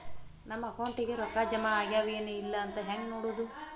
ನಮ್ಮ ಅಕೌಂಟಿಗೆ ರೊಕ್ಕ ಜಮಾ ಆಗ್ಯಾವ ಏನ್ ಇಲ್ಲ ಅಂತ ಹೆಂಗ್ ನೋಡೋದು?